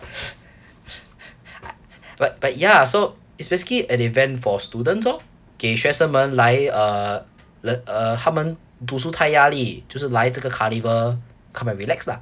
but but ya so it's basically an event for students orh 给学生们来 uh learn err 他们读书太压力就是来这个 carnival come and relax lah